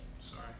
Sorry